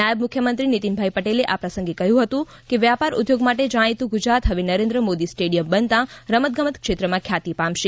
નાયબ મુખ્યમંત્રી નિતિનભાઈ પટેલે આ પ્રસંગે કહ્યું હતું કે વ્યાપાર ઉદ્યોગ માટે જાણીતું ગુજરાત હવે નરેન્દ્ર મોદી સ્ટેડીયમ બનતા રમત ગમત ક્ષેત્રમાં ખ્યાતિ પામશે